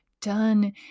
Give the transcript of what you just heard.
done